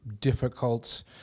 difficult